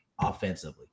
offensively